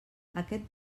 aquest